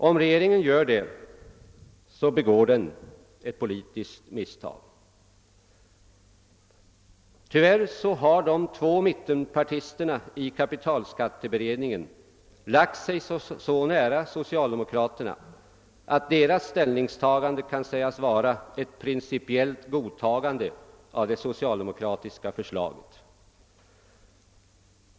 Om regeringen gör det begår den ett politiskt misstag. Tyvärr har de två mittenpartisterna i kapitalskatteberedningen lagt sig så nära socialdemokraterna att deras ställningstagande kan sägas vara ett principiellt godtagande av det socialdemokratiska förslaget.